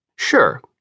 Sure